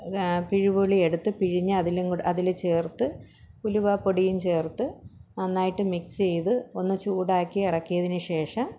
പുളി എടുത്ത് പിഴിഞ്ഞ് അതിലും കൂടെ അതില് ചേർത്ത് ഉലുവാപ്പൊടിയും ചേർത്ത് നന്നായിട്ട് മിക്സ് ചെയ്ത് ഒന്ന് ചൂടാക്കി ഇറക്കിയതിന് ശേഷം